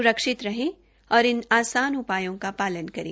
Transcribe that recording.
स्रक्षित रहें और इन आसान उपायों का पालन करें